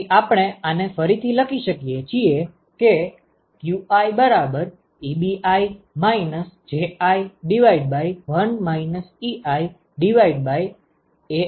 તેથી આપણે આને ફરીથી લખી શકીએ છીએ કે qiEbi Ji1 iAii